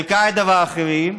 אל-קאעידה ואחרים,